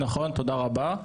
נכון, תודה רבה.